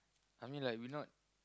I mean like we not